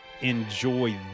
enjoy